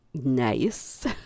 nice